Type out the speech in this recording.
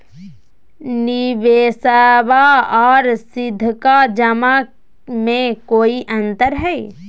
निबेसबा आर सीधका जमा मे कोइ अंतर हय?